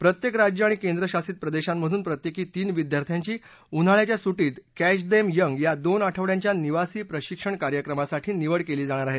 प्रत्येक राज्य आणि केंद्रशासित प्रदेशामधून प्रत्येकी तीन विद्यार्थ्यांची उन्हाळ्याच्या सुर्धित कॅंच देम यंग या दोन आठवङ्यांच्या निवासी प्रशिक्षण कार्यक्रमासाठी निवड केली जाणार आहे